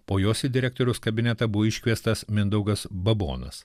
po jos į direktoriaus kabinetą buvo iškviestas mindaugas babonas